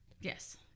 Yes